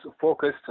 focused